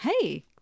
Hey